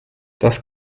das